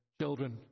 children